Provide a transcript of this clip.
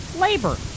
Labor